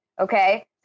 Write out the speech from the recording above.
okay